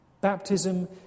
Baptism